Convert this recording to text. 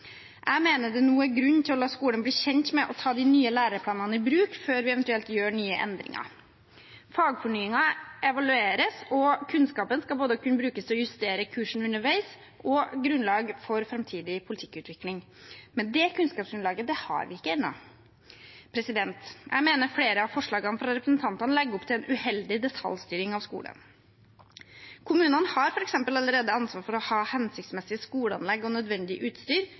Jeg mener det nå er grunn til å la skolen bli kjent med og ta de nye læreplanene i bruk før vi eventuelt gjør nye endringer. Fagfornyelsen evalueres, og kunnskapen skal både kunne brukes til å justere kursen underveis og legge grunnlag for framtidig politikkutvikling. Men det kunnskapsgrunnlaget har vi ikke ennå. Jeg mener flere av forslagene fra representantene legger opp til en uheldig detaljstyring av skolen. Kommunene har f.eks. allerede ansvar for å ha hensiktsmessige skoleanlegg og nødvendig utstyr,